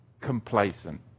complacent